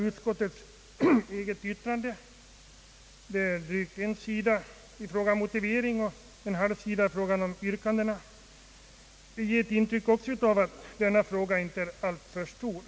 Utskottets motivering omfattar drygt en sida och dess yrkande ungefär en halv sida. Detta ger ett intryck av att denna fråga inte är alltför stor.